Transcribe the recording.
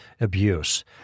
abuse